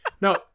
No